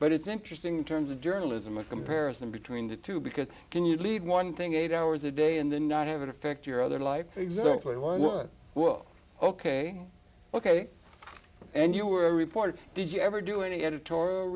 but it's interesting terms of journalism a comparison between the two because can you lead one thing eight hours a day and then not have it affect your other life exactly one word well ok ok and you were a reporter did you ever do any editorial